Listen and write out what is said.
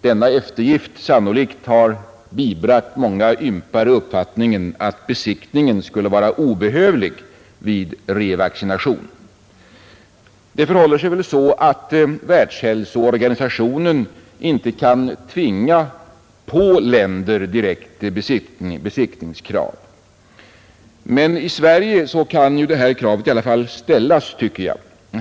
denna eftergift sannolikt har bibragt många ympade uppfattningen att besiktningen skulle vara obehövlig vid revaccination. Det förhåller sig väl så att Världshälsoorganisationen inte direkt kan tvinga på länder besiktningskrav. Men i Sverige kan ett sådant krav i alla fall ställas, tycker jag.